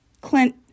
Clint